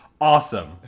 awesome